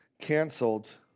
canceled